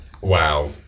wow